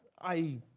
i